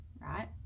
right